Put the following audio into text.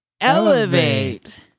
elevate